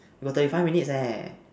we got thirty five minutes eh